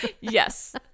Yes